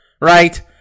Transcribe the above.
right